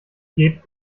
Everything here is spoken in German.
gebt